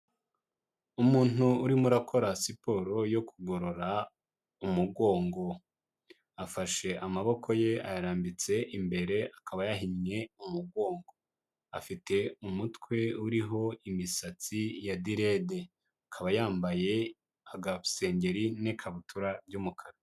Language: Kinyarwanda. Umuntu urimo urakora siporo yo kugorora umugongo, afashe amaboko ye ayarambitse imbere akaba ayahinnye mu mugongo, afite umutwe uriho imisatsi ya direde akaba yambaye agasengeri n'ikabutura by'umukara.